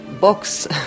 box